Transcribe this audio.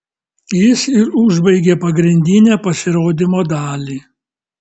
jis ir užbaigė pagrindinę pasirodymo dalį